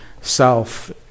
self